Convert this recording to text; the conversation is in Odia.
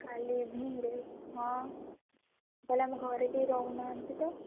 କାଲି ଇଭିଙ୍ଗ୍ରେ ହଁ କାଲି ଆମ ଘରେ କେହି ରହୁନାହାନ୍ତି ତ